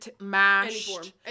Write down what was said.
mashed